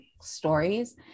stories